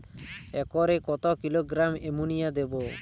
একরে কত kilogram ammonia দেবো?